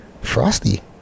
Frosty